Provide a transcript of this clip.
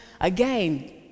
again